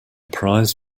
prize